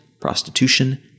prostitution